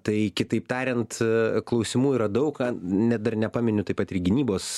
tai kitaip tariant klausimų yra daug ką ne dar nepaminiu taip pat ir gynybos